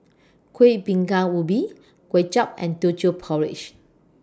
Kuih Bingka Ubi Kuay Chap and Teochew Porridge